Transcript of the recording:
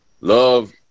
love